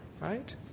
Right